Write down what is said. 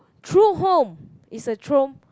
true home is a trome